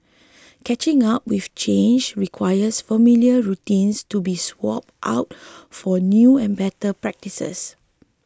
catching up with change requires familiar routines to be swapped out for new and better practices